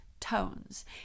tones